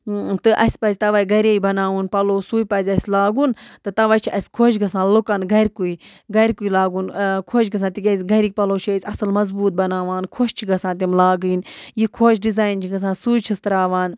تہٕ اَسہِ پَزِ تَوَے گَرے بَناوُن پَلو سُے پَزِ اَسہِ لاگُن تہٕ تَوَے چھِ اَسہِ خۄش گَژھان لُکَن گَرِکُے گَرِکُے لاگُن خۄش گَژھان تِکیٛازِ گَرِکۍ پَلو چھِ أسۍ اَصٕل مضبوٗط بَناوان خۄش چھِ گَژھان تِم لاگٕنۍ یہِ خۄش ڈِزایِن چھِ گَژھان سُے چھِس تراوان